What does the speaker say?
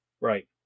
Right